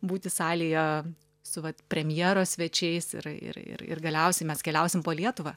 būti salėje su va premjeros svečiais ir ir ir galiausiai mes keliausim po lietuvą